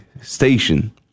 station